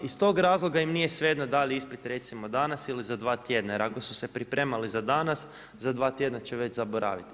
Iz toga razloga im nije svejedno da li ispit recimo danas ili za 2 tjedna, jer ako su se pripremali za danas, za 2 tjedna će već zaboraviti.